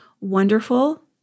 wonderful